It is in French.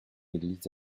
église